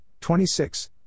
26